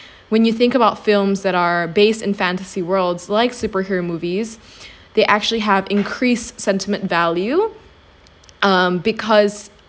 when you think about films that are based in fantasy worlds like superhero movies they actually have increased sentiment value um because